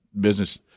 business